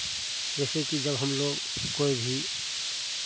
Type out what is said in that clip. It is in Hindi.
जैसे कि जब हम लोग कोई भी